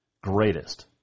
greatest